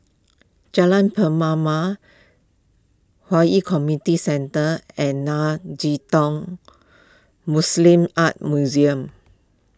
Jalan Pernama Hwi Yoh Centre and Nei Tang Buddhist Art Museum